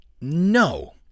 No